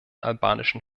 albanischen